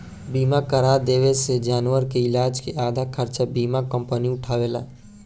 बीमा करा देवे से जानवर के इलाज के आधा खर्चा बीमा कंपनी उठावेला